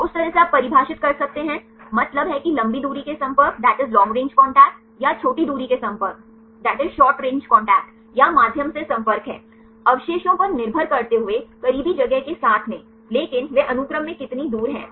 तो उस तरह से आप परिभाषित कर सकते हैं मतलब है कि लंबी दूरी के संपर्क या छोटी दूरी के संपर्क या माध्यम से संपर्क है अवशेषों पर निर्भर करते हुए है करीबी जगह के साथ में लेकिन वे अनुक्रम में कितनी दूर हैं